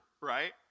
right